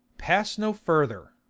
pass no further.